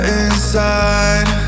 inside